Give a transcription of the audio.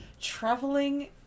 traveling